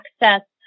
access